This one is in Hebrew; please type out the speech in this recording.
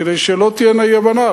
כדי שלא תהיה אי-הבנה,